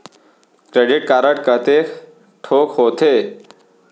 Credit card कतेक ठोक होथे?